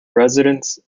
residents